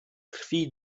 krwi